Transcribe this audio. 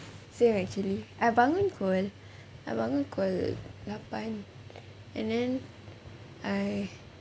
so actually I bangun pukul I bangun pukul lapan and then I